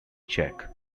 check